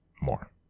more